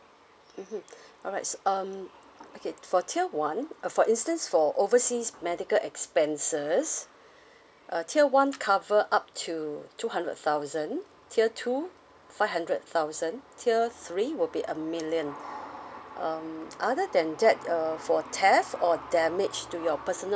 mmhmm alright so um okay for tier one uh for instance for overseas medical expenses uh tier one cover up to two hundred thousand tier two five hundred thousand tier three will be a million um other than that uh for theft or damage to your personal